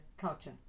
Culture